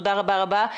תודה רבה רבה.